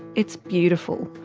it's beautiful.